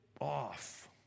off